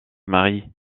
marie